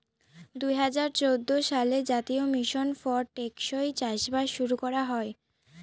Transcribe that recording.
দুই হাজার চৌদ্দ সালে জাতীয় মিশন ফর টেকসই চাষবাস শুরু করা হয়